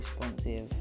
responsive